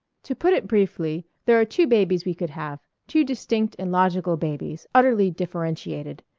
to put it briefly, there are two babies we could have, two distinct and logical babies, utterly differentiated.